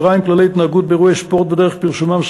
כללי התנהגות באירועי ספורט ודרך פרסומם,